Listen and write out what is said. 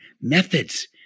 methods